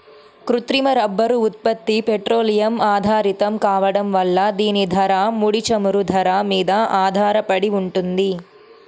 కృత్రిమ రబ్బరు ఉత్పత్తి పెట్రోలియం ఆధారితం కావడం వల్ల దీని ధర, ముడి చమురు ధర మీద ఆధారపడి ఉంటుంది